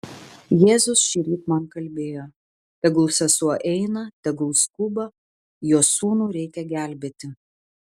jėzus šįryt man kalbėjo tegul sesuo eina tegul skuba jos sūnų reikia gelbėti